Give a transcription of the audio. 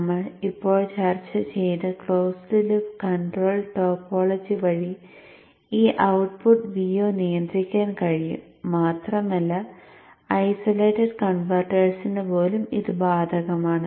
നമ്മൾ ഇപ്പോൾ ചർച്ച ചെയ്ത ക്ലോസ്ഡ് ലൂപ്പ് കൺട്രോൾ ടോപ്പോളജി വഴി ഈ ഔട്ട്പുട്ട് Vo നിയന്ത്രിക്കാൻ കഴിയും മാത്രമല്ല ഐസൊലേറ്റഡ് കൺവെർട്ടെഴ്സിന് പോലും ഇത് ബാധകമാണ്